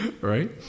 Right